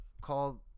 called